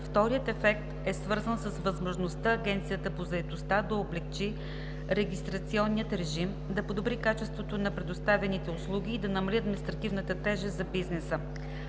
Вторият ефект е свързан с възможността Агенцията по заетостта да облекчи регистрационния режим, да подобри качеството на предоставяните услуги и да намали административната тежест за бизнеса.